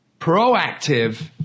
proactive